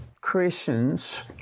Christians